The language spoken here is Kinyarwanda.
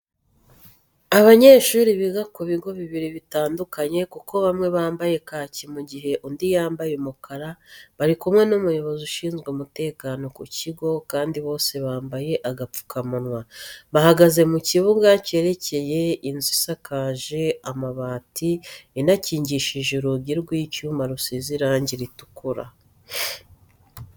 Abanyeshuri biga ku bigo bibiri bitandukanye kuko bamwe bambaye kaki mu gihe, undi yambaye umukara, bari kumwe n'umukozi ushinzwe umutekano ku kigo kandi bose bambaye agapfukamunwa. Bahagaze mu kibuga cyegereye inzu isakaje amabati, inakingishije urugi rw'icyuma rusize irangi ritukura.